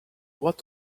what